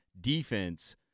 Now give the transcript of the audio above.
defense